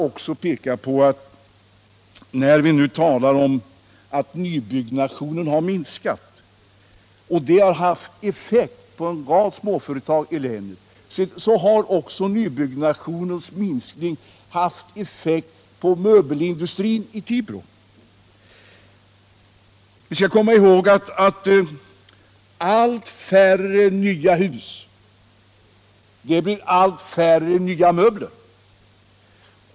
Och när vi nu talar om att nybyggnationen har minskat och att det har haft effekt på en rad småföretag i länet, så måste vi tänka på att nybyggnationens minskning också haft effekt på möbelindustrin i Tibro. Vi skall komma ihåg att allt färre nya hus betyder allt färre nya möbler.